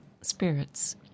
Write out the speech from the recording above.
spirits